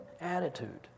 attitude